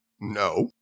No